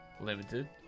Limited